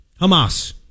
Hamas